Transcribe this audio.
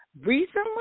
recently